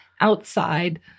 outside